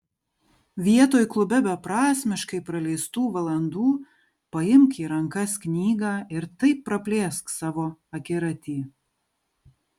vietoj klube beprasmiškai praleistų valandų paimk į rankas knygą ir taip praplėsk savo akiratį